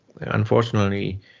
unfortunately